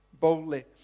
boldly